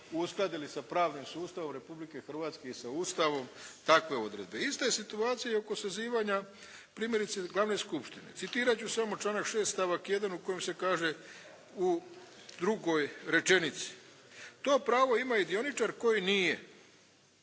uskladili sa pravnim sustavom Republike Hrvatske i sa Ustavom takve odredbe? Ista je situacija i oko sazivanja primjerice glavne skupštine. Citirat ću samo članak 6. stavak 1. u kojem se kaže u drugoj rečenici to pravo ima i dioničar koji nije